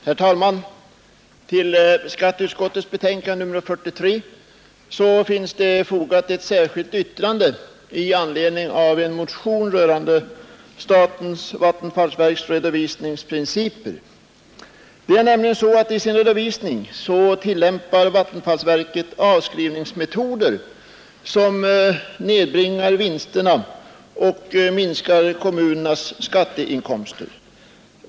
Herr talman! Vid skatteutskottets betänkande nr 43 är fogat ett särskilt yttrande i anledning av en motion rörande statens vattenfallsverks redovisningsprinciper. I sin redovisning tillämpar nämligen vattenfallsverket avskrivningsmetoder som nedbringar vinsterna och minskar kommunernas skatteinkomster.